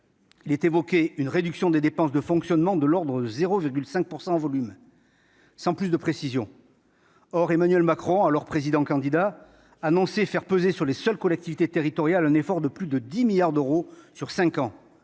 mentionne une réduction des dépenses de fonctionnement de l'ordre de 0,5 % en volume, sans plus de précisions. Or Emmanuel Macron, alors président candidat, a annoncé faire peser sur les seules collectivités territoriales un effort de plus de 10 milliards d'euros sur cinq ans.